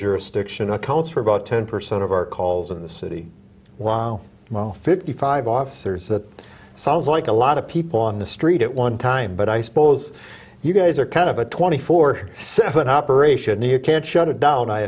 jurisdiction accounts for about ten percent of our calls in the city wow well fifty five officers that sounds like a lot of people on the street at one time but i suppose you guys are kind of a twenty four seven operation you can't shut it down i